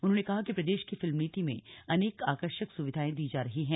उन्होंने कहा कि प्रदेश की फिल्म नीति में अनेक आकर्षक सुविधाएं दी जा रही हैं